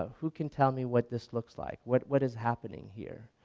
ah who can tell me what this looks like, what what is happening here?